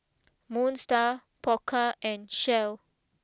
Moon Star Pokka and Shell